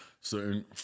certain